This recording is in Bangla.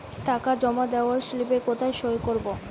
টাকা জমা দেওয়ার স্লিপে কোথায় সই করব?